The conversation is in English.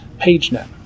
PageNet